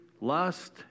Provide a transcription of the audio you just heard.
lust